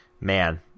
Man